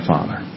Father